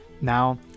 Now